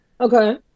Okay